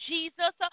Jesus